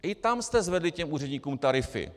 I tam jste zvedli úředníkům tarify.